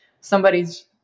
somebody's